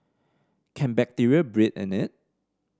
can bacteria breed in it